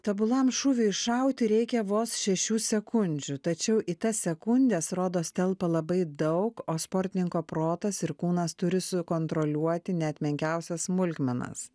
tobulam šūviui iššauti reikia vos šešių sekundžių tačiau į tas sekundes rodos telpa labai daug o sportininko protas ir kūnas turi sukontroliuoti net menkiausias smulkmenas